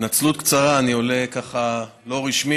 התנצלות קצרה: אני עולה ככה לא רשמי